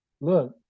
look